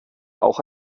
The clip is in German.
auch